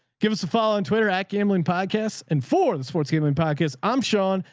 give us a follow on twitter at gambling podcasts and for the sports gaming packets. i'm sean.